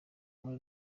muri